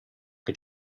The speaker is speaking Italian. che